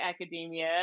academia